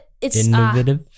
innovative